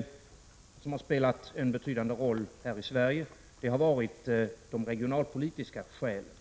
och som har spelat en betydande roll här i Sverige, är de regionalpolitiska motiven.